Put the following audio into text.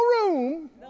room